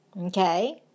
okay